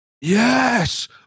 yes